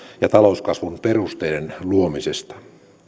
ja talouskasvun perusteiden luomisesta